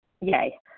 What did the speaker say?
yay